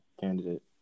candidate